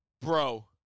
bro